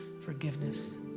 forgiveness